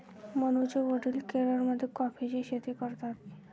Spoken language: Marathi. मनूचे वडील केरळमध्ये कॉफीची शेती करतात